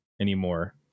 anymore